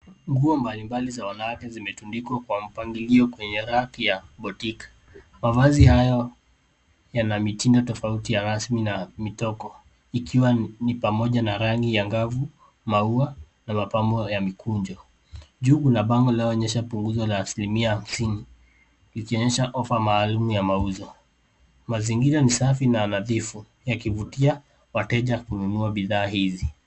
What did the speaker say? Nguo mablimbali za wanawake zimetundikwa kwa mpangilio kwenye rafu ya botique . Mavazi hayo yana mitindo tofauti ya rasmi na midogo ikiwa ni pamoja na rangi angavu, maua na mapambo ya mikunjo. Juu kuna bango linaloonyesha punguzo la asilimia hamsini ikionyesha ofa maalum ya mauzo. Mazingira ni safi na nadhifu yakivutia wateja kununua bidhaa hizi.